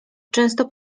często